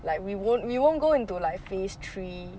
like we won't we won't go into like phase three